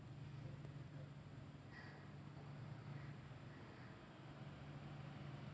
ya